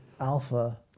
alpha